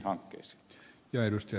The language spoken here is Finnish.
herra puhemies